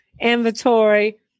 inventory